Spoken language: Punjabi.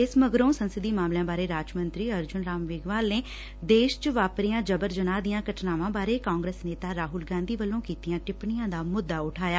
ਇਸ ਮਗਰੋਂ ਸੰਸਦੀ ਮਾਮਲਿਆਂ ਬਾਰੇ ਰਾਜ ਮੰਤਰੀ ਅਰਜੁਨ ਰਾਮ ਮੇਘਵਾਲ ਨੇ ਦੇਸ਼ ਚ ਵਾਪਰੀਆਂ ਜ਼ਬਰ ਜਨਾਹ ਦੀਆਂ ਘਟਨਾਵਾਂ ਬਾਰੇ ਕਾਂਗਰਸ ਨੇਤਾ ਰਾਹੁਲ ਗਾਂਧੀ ਵੱਲੋਂ ਕੀਤੀਆਂ ਟਿੱਪਣੀਆਂ ਦਾ ਮੁੱਦਾ ਉਠਾਇਆ